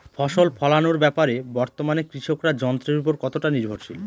ফসল ফলানোর ব্যাপারে বর্তমানে কৃষকরা যন্ত্রের উপর কতটা নির্ভরশীল?